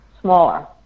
smaller